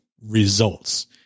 results